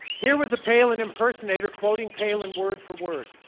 here was a palin impersonator quoting palin word for word.